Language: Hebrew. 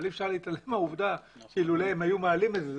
אבל אי אפשר להתעלם מהעבודה שאילולא היו מעלים את זה,